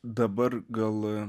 dabar gal